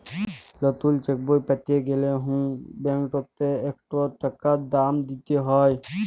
লতুল চ্যাকবই প্যাতে গ্যালে হুঁ ব্যাংকটতে ইকট টাকা দাম দিতে হ্যয়